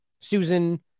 Susan